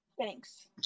thanks